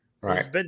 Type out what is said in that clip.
Right